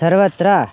सर्वत्र